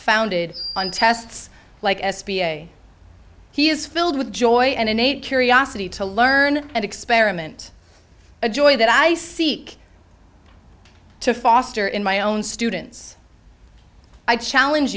founded on tests like s b a he is filled with joy and innate curiosity to learn and experiment a joy that i seek to foster in my own students i challenge